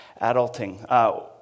adulting